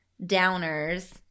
downers